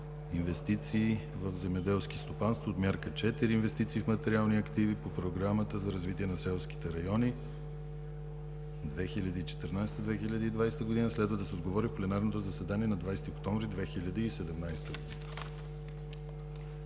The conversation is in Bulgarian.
„Инвестиции в земеделски стопанства“, Подмярка 4 „Инвестиции в материални активи“ по Програмата за развитие на селските райони 2014/2020 г. Следва да се отговори в пленарното заседание на 20 октомври 2017 г.